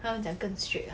他们讲更 strict ah